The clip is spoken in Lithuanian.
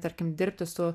tarkim dirbti su